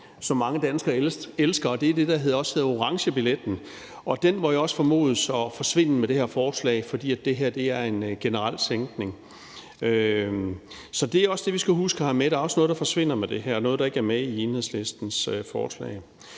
som mange danskere elsker, og det er det, der også hedder orangebilletter, og det må også formodes at forsvinde med det her forslag, fordi det her er en generel tænkning. Så det er også det, vi skal huske at have med, nemlig at der også er noget, der forsvinder med det her, og noget, der ikke er med i Enhedslistens forslag.